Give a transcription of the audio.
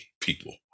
people